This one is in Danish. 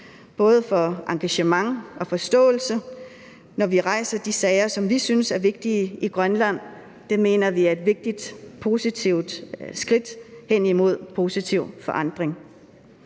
både for engagement og forståelse, når vi rejser de sager, som vi synes er vigtige i Grønland. Det mener vi er et vigtigt og positivt skridt hen imod en positiv forandring.